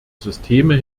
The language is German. systeme